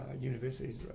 universities